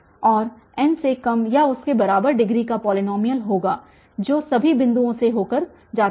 और n से कम या उसके बराबर डिग्री का पॉलीनॉमियल होगा जो सभी बिंदुओं से होकर जाता है